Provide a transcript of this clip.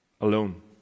alone